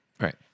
Right